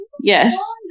Yes